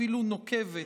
אפילו נוקבת,